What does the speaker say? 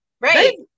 Right